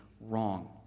wrong